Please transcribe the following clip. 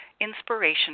Inspiration